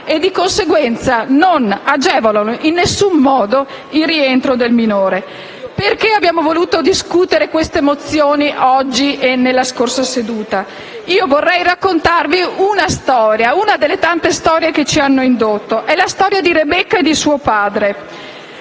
di conseguenza, non agevolano in alcun modo il rientro del minore. Perché abbiamo voluto discutere queste mozioni oggi e nella scorsa seduta? Vorrei raccontarvi una delle tante storie che ci hanno indotto a farlo: mi riferisco alla storia di Rebecca e di suo padre.